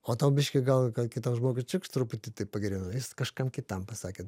o tau biškį gal gal kitam žmogui čiukšt truputį taip pagerėjo jis kažkam kitam pasakė